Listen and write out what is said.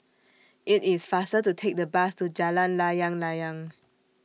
IT IS faster to Take The Bus to Jalan Layang Layang